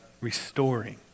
restoring